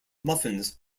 muffins